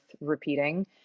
repeating